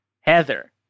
Heather